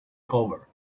cover